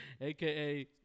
AKA